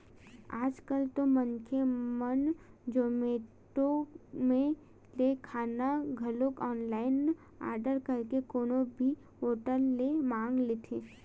आज कल तो मनखे मन जोमेटो ले खाना घलो ऑनलाइन आरडर करके कोनो भी होटल ले मंगा लेथे